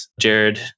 Jared